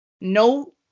no